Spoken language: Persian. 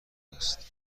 است